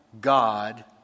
God